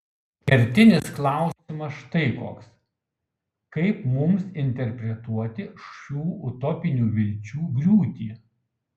kertinis klausimas štai koks kaip mums interpretuoti šių utopinių vilčių griūtį